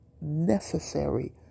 necessary